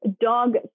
dog